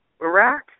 Iraq